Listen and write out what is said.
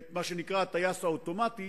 את מה שנקרא "הטייס האוטומטי"